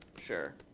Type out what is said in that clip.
sure.